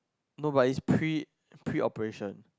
no but it's pre~ pre-operation